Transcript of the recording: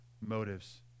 motives